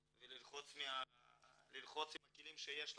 וללחוץ עם הכלים שיש לנו.